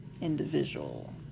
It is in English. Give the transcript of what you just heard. individual